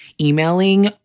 emailing